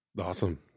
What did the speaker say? awesome